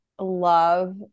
love